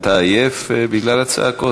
אתה עייף בגלל הצעקות,